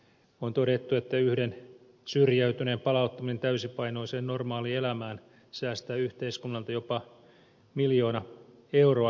on todettu että yhden syrjäytyneen palauttaminen täysipainoiseen normaalielämään säästää yhteiskunnalta jopa miljoona euroa